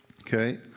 Okay